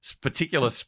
particular